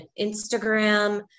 Instagram